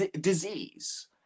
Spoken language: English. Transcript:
disease